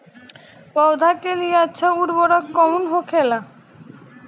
पौधा के लिए अच्छा उर्वरक कउन होखेला?